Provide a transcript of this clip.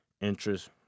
interest